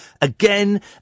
again